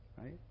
right